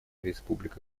республика